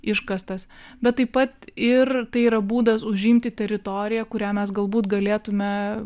iškastas bet taip pat ir tai yra būdas užimti teritoriją kurią mes galbūt galėtume